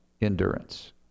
endurance